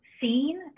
seen